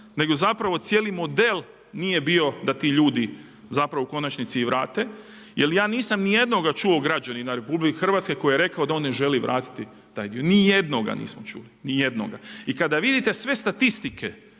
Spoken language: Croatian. nego zapravo cijeli model nije bio da ti ljudi zapravo u konačni vrate, jer ja nisam nijednoga čuo građanina RH koji je rekao da on ne želi vratiti taj dio, nijednoga nisam čuo. Nijednoga. I Kada vidite sve statistike,